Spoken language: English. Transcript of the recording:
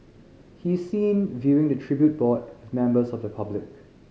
he is seen viewing the tribute board with members of the public